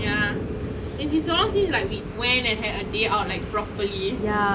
ya it's been so long since we had a day out like properly